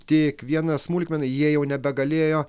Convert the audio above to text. tik viena smulkmena jie jau nebegalėjo